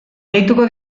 deituko